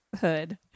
hood